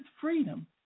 freedom